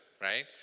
right